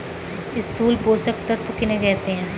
स्थूल पोषक तत्व किन्हें कहते हैं?